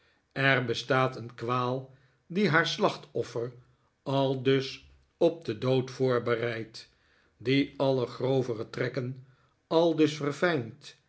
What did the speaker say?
er bestaat een kwaal die haar slachtoffer aldus op den dood voorbereidt die alle grovere trekken aldus